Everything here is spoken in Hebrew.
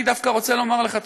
אני דווקא רוצה לומר לך תודה,